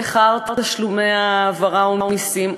לאחר תשלומי ההעברה ומסים,